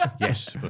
Yes